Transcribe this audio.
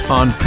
on